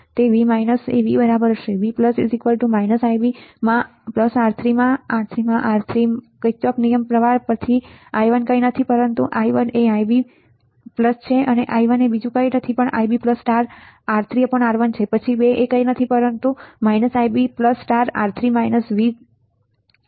તેથી V V બરાબર હશે V Ib માં R3માં R3માં R3માંકિર્ચહોફ પ્રવાહ નિયમ પરથી I1કંઈ નથી પણ I1એ Ib છે I1કંઈ નથી પણ Ib R3R1પછી 2 એ કંઈ નહીં પણ IbR3 VoR2 હશે